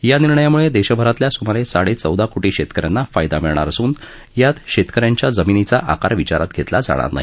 या निर्णयाम्ळे देशभरातल्या स्मारे साडेचौदा कोटी शेतकऱ्यांना फायदा मिळणार असून यात शेतकऱ्यांच्या जमिनीचा आकार विचारात घेतला जाणार नाही